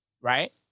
right